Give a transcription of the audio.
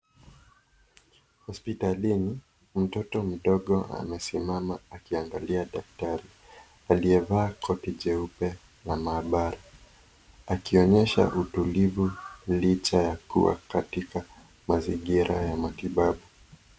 Hospitalini mtoto mdogo amesimama akiangalia daktari aliyevaa koti jeupe la maabara Akionyesha utulivu licha ya kuwa katika mazingira ya matibabu.